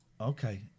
Okay